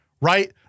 right